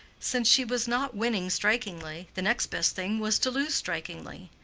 since she was not winning strikingly, the next best thing was to lose strikingly.